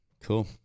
cool